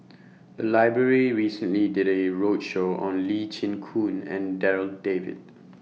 The Library recently did A roadshow on Lee Chin Koon and Darryl David